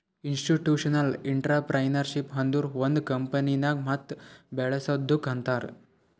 institutional entrepreneurship ಅಂದುರ್ ಒಂದ್ ಕಂಪನಿಗ ಮತ್ ಬೇಳಸದ್ದುಕ್ ಅಂತಾರ್